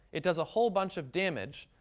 it does a whole bunch of damage.